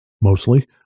Mostly